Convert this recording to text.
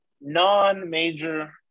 non-major